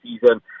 season